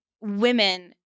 women